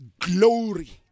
glory